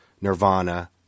Nirvana